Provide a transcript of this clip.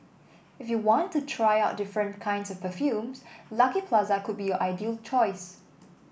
if you want to try out different kinds of perfumes Lucky Plaza could be your ideal choice